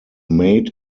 made